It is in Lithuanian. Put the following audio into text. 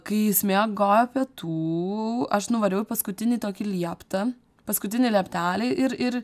kai jis miegojo pietų aš nuvariau į paskutinį tokį lieptą paskutinį lieptelį ir ir